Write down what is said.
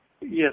Yes